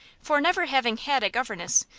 for, never having had a governess,